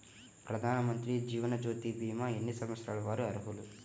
ప్రధానమంత్రి జీవనజ్యోతి భీమా ఎన్ని సంవత్సరాల వారు అర్హులు?